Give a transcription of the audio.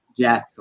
death